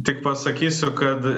tik pasakysiu kad